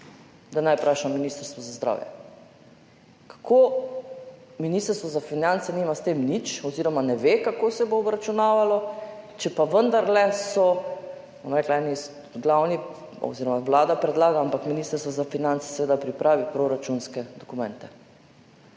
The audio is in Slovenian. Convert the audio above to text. da naj vprašam Ministrstvo za zdravje. Kako Ministrstvo za finance nima s tem nič oziroma ne ve, kako se bo obračunavalo, če pa so vendarle, bom rekla, eni glavnih oziroma Vlada predlaga, ampak Ministrstvo za finance seveda pripravi proračunske dokumente.